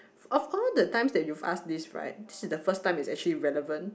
of all the times that you've asked this right this is the first time it's actually relevant